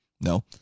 No